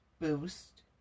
boost